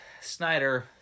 Snyder